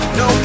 no